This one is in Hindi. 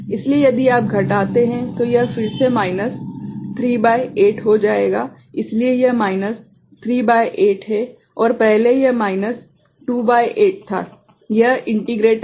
इसलिए यदि आप घटाते हैं तो यह फिर से माइनस 3 भागित 8 हो जाएगा इसलिए यह माइनस 3 भागित 8 है और पहले यह माइनस 2 भागित 8 था यह इंटीग्रेटर